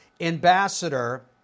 ambassador